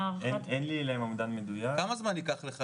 עוד מעט,